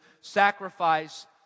sacrifice